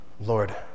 Lord